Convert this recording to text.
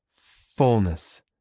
fullness